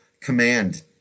command